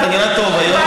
אתה נראה טוב היום.